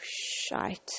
shite